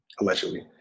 allegedly